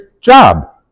job